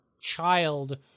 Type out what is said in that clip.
child